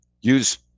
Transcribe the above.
use